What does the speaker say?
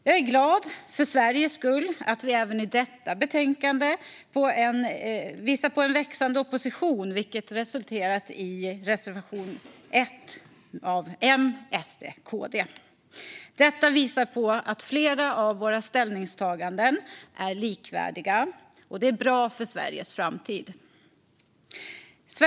Jag är glad för Sveriges skull att vi även i detta betänkande ser en växande opposition, vilket resulterat i reservation 1 av M, SD och KD som visar att flera av våra ställningstaganden är likvärdiga. Det är bra för Sveriges framtid.